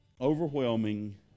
overwhelming